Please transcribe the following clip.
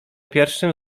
pierwszym